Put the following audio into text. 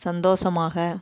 சந்தோஷமாக